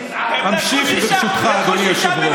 אמשיך, ברשותך, אדוני היושב-ראש.